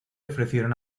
ofrecieron